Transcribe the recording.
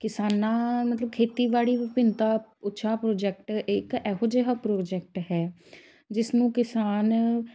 ਕਿਸਾਨਾਂ ਮਤਲਬ ਖੇਤੀਬਾੜੀ ਵਿਭਿੰਨਤਾ ਉਤਸ਼ਾਹ ਪ੍ਰੋਜੈਕਟ ਇੱਕ ਇਹੋ ਜਿਹਾ ਪ੍ਰੋਜੈਕਟ ਹੈ ਜਿਸ ਨੂੰ ਕਿਸਾਨ